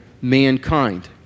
mankind